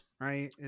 right